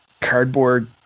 cardboard